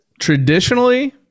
traditionally